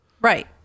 Right